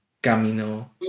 camino